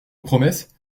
promesse